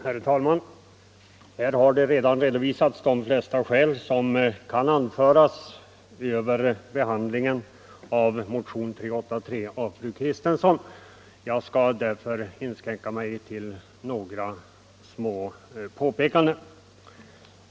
Herr talman! Här har redan redovisats de flesta skäl som kan anföras när det gäller utskottets behandling av motionen 383 av fru Kristensson. Jag skall därför inskränka mig till några små påpekanden.